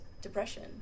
depression